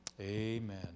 Amen